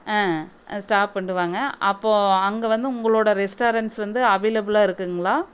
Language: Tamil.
ஆ ஸ்டாப் பண்ணிடுவாங்க அப்போது அங்கே வந்து உங்களோட ரெஸ்ட்டாரண்ட்ஸ் வந்து அவைளபுளா இருக்குதுங்களா